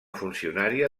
funcionària